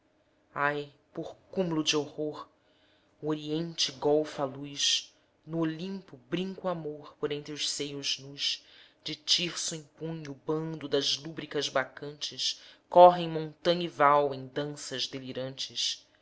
ai por cúm'lo de horror o oriente golfa a luz no olímpo brinca o amor por entre os seios nus de tirso em punho o bando das lúbricas bacantes correm montanha e val em danças delirantes